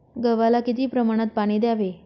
गव्हाला किती प्रमाणात पाणी द्यावे?